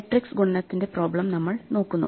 matrix ഗുണനത്തിന്റെ problem നമ്മൾ നോക്കുന്നു